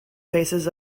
faces